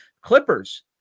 Clippers